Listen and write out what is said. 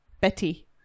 Betty